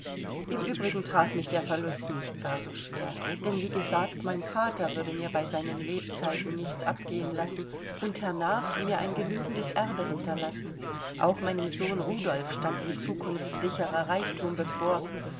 im übrigen traf mich der verlust nicht gar so schwer denn wie gesagt mein vater würde mir bei seinen lebzeiten nichts abgehen lassen und hernach mir ein genügendes erbe hinterlassen auch meinem sohn rudolf stand in zukunft sicherer reichtum bevor